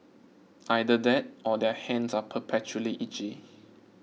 either that or their hands are perpetually itchy